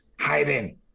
hiding